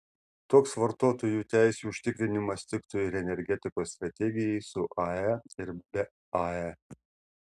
toks vartotojų teisių užtikrinimas tiktų ir energetikos strategijai su ae ir be ae